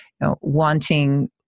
Wanting